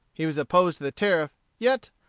he was opposed to the tariff, yet,